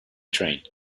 train